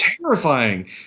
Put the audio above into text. terrifying